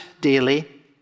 daily